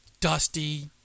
dusty